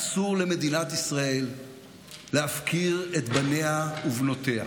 אסור למדינת ישראל להפקיר את בניה ובנותיה.